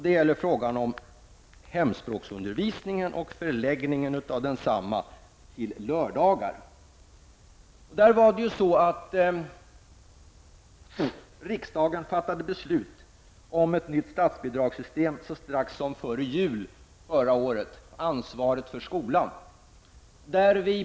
Det gäller frågan om hemspråksundervisningen och förläggningen av densamma till lördagar. Riksdagen fattade så sent som strax före jul beslut om ett nytt statsbidragssytem och ansvaret för skolan.